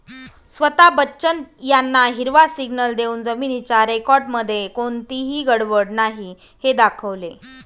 स्वता बच्चन यांना हिरवा सिग्नल देऊन जमिनीच्या रेकॉर्डमध्ये कोणतीही गडबड नाही हे दाखवले